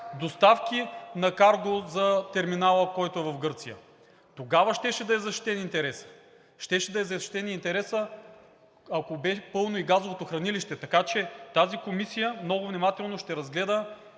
доставки на карго за терминала, който е в Гърция. Тогава щеше да е защитен интересът. Щеше да е защитен интересът, ако бе пълно и газовото хранилище, така че тази комисия много внимателно ще разгледа